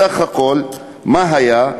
בסך הכול מה היה?